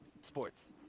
sports